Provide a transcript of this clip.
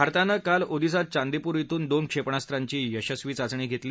भारतानं काल ओदिसात चांदीपूर ध्रिन दोन क्षेपणास्त्राची यशस्वी चाचणी घेतली